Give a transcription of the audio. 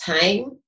time